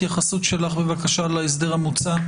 התייחסות שלך בבקשה להסדר המוצע.